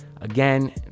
Again